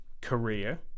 career